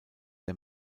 der